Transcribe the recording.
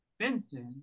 Vincent